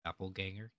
Appleganger